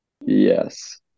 Yes